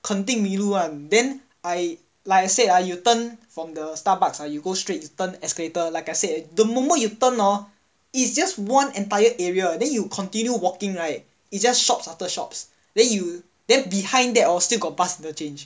肯定迷路 [one] then I like I said ah you turn from the starbucks ah you go straight turn escalator like I said the moment you turn orh is just one entire area then you continue walking right is just shops after shops then you then behind that hor still got bus interchange